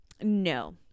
no